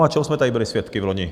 A čeho jsme tady byli svědky loni?